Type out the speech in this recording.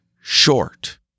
short